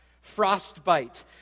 frostbite